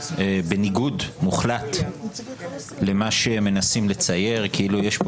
בניגוד מוחלט למה שמנסים לצייר כאילו יש פה